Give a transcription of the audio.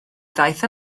ddaeth